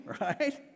Right